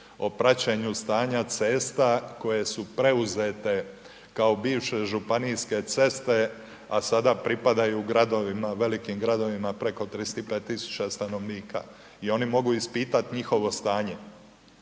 o praćenju stanja cesta koje su preuzete kao bivše županijske ceste, a sada pripadaju gradovima, velikim gradovima preko 35.000 stanovnika i oni mogu ispitati njihovo stanje.